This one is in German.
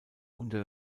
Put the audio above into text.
unter